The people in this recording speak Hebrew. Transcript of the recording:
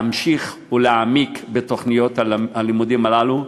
להמשיך ולהעמיק בתוכניות הלימודים האלה.